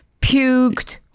puked